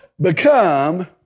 become